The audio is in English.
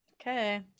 Okay